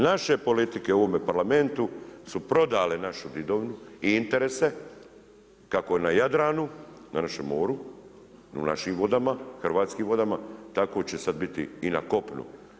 Naše politike u ovome Parlamentu su prodali našu didovinu i interese kako na Jadranu, na našem moru, u našim vodama, hrvatskim vodama tako će sada biti i na kopnu.